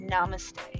Namaste